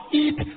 eat